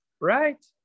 right